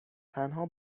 تنها